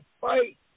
fight